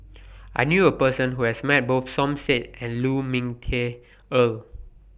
I knew A Person Who has Met Both Som Said and Lu Ming Teh Earl